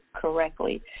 correctly